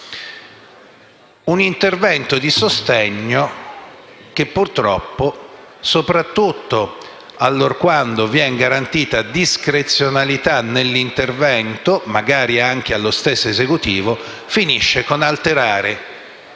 un intervento di sostegno che purtroppo, soprattutto allorquando viene garantita discrezionalità nell'intervento (magari anche allo stesso Esecutivo), finisce con l'alterare